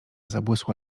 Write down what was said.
zabłysła